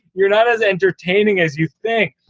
you're not as entertaining as you think.